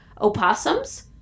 opossums